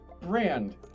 Brand